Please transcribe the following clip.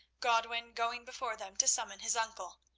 godwin going before them to summon his uncle.